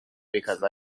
because